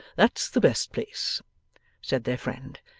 that's the best place said their friend,